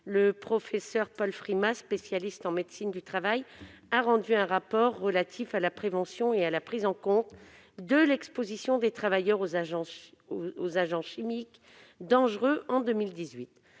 le professeur Paul Frimat, spécialiste de médecine du travail, a rendu, en 2018, un rapport relatif à la prévention et à la prise en compte de l'exposition des travailleurs aux agents chimiques dangereux.